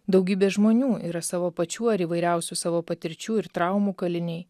daugybė žmonių yra savo pačių ar įvairiausių savo patirčių ir traumų kaliniai